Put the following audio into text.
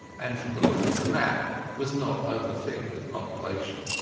and from the look of the map was not over thick with population.